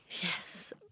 Yes